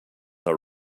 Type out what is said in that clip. are